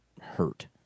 hurt